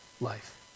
life